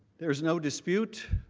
there is no dispute